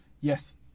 Yes